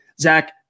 Zach